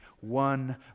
one